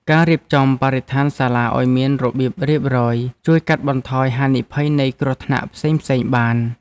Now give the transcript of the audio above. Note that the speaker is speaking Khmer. ការរៀបចំបរិស្ថានសាលាឱ្យមានរបៀបរៀបរយជួយកាត់បន្ថយហានិភ័យនៃគ្រោះថ្នាក់ផ្សេងៗបាន។